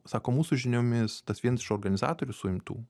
sako mūsų žiniomis tas vienas iš organizatorių suimtų